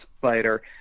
fighter